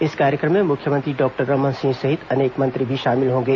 इस कार्यक्रम में मुख्यमंत्री डॉक्टर रमन सिंह सहित अनेक मंत्री भी शामिल होंगे